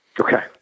Okay